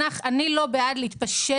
אני לא בעד להתפשר